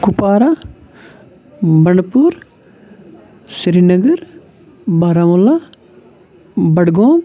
Kupwara Bandipora Srinagar Baramulla Budgam